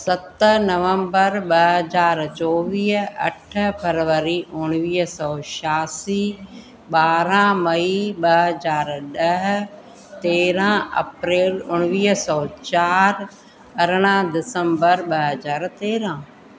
सत नवम्बर ॿ हज़ार चोवीह अठ फरवरी उणिवीह सौ छियासी ॿारहं मई ॿ हज़ार ॾह तेरहं अप्रैल उणिवीहं सौ चारि अरिड़हं डिसम्बर ॿ हज़ार तेरहं